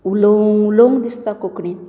उलोवंक उलोवंक दिसता कोंकणी